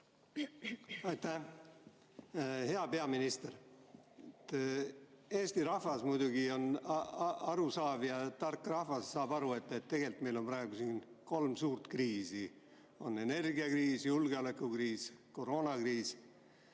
Hea peaminister! Eesti rahvas on muidugi arusaaja ja tark rahvas, saab aru, et tegelikult meil on praegu siin kolm suurt kriisi: energiakriis, julgeolekukriis ja koroonakriis.